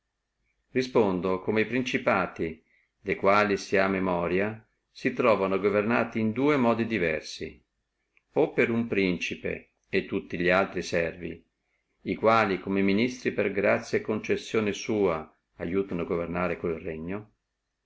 respondo come e principati de quali si ha memoria si truovano governati in dua modi diversi o per uno principe e tutti li altri servi e quali come ministri per grazia e concessione sua aiutono governare quello regno